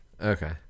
Okay